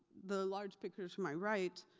the large picture to my right,